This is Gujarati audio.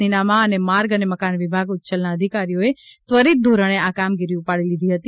નિનામા અને માર્ગ અને મકાન વિભાગ ઉચ્છલના અધિકારીઓએ ત્વરીત ધોરણે આ કામગીરી ઉપાડી લીધી હતી